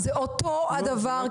זה אותו הדבר,